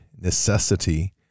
necessity